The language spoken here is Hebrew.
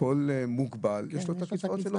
ולכל מוגבל יש את הקצבאות שלו,